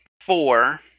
four